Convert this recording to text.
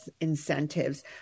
incentives